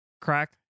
Crack